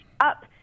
up